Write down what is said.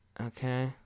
Okay